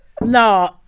No